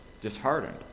disheartened